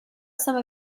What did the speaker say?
some